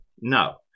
No